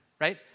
right